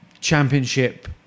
championship